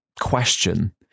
question